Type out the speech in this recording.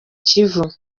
kivu